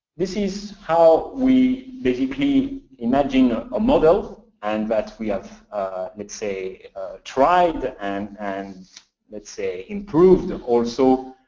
this is how we basically imagine a model, and that we have let's say tried and and let's say improved, ah also.